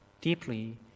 deeply